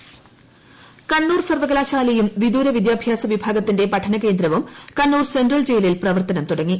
Kannur intro Kannur സർവകലാശാലയും വിദൂര വിദ്യാഭ്യാസ വിഭാഗത്തിന്റെ പഠന കേന്ദ്രവും കണ്ണൂർ സെൻട്രൽ ജയിലിൽ പ്രവർത്തനം തുടങ്ങി